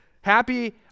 happy